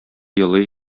елый